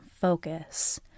focus